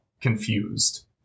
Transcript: confused